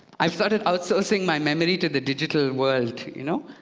i've started outsourcing my memory to the digital world, you know?